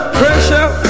pressure